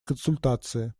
консультации